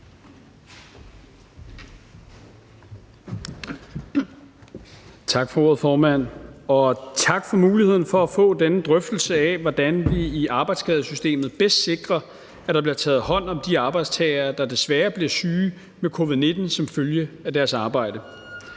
Tak for ordet, formand, og tak for muligheden for at få denne drøftelse af, hvordan vi i arbejdsskadesystemet bedst sikrer, at der bliver taget hånd om de arbejdstagere, der desværre bliver syge med covid-19 som følge af deres arbejde.